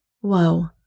Whoa